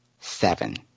Seven